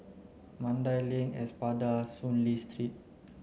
Mandai Link Espada Soon Lee Street